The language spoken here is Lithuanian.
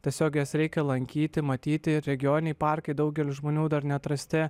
tiesiog jas reikia lankyti matyti regioniniai parkai daugelio žmonių dar neatrasti